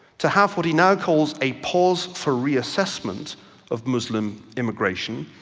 to have what he now calls a pause for reassessment of muslim immigration,